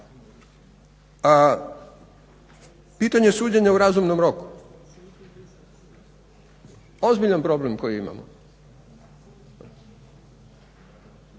Pitanje suđenja u razumnom roku, ozbiljan problem koji imamo,